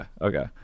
Okay